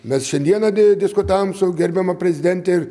mes šiandieną di diskutavom su gerbiama prezidente ir